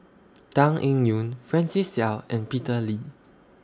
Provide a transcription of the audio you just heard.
Tan Eng Yoon Francis Seow and Peter Lee